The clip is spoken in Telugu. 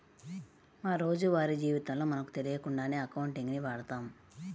మా రోజువారీ జీవితంలో మనకు తెలియకుండానే అకౌంటింగ్ ని వాడతాం